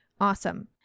awesome